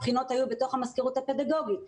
הבחינות היו בתוך המזכירות הפדגוגית.